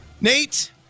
Nate